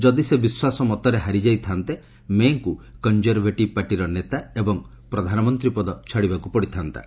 ଯଦି ସେ ବିଶ୍ୱାସ ମତରେ ହାରିଯାଇଥାନ୍ତେ ମେ'ଙ୍କୁ କଞ୍ଜରଭେଟିବ୍ ପାର୍ଟିର ନେତା ଏବଂ ପ୍ରଧାନମନ୍ତ୍ରୀ ପଦ ଛାଡ଼ିବାକୁ ପଡ଼ିଥାନ୍ତା